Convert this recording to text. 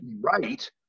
right